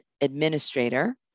Administrator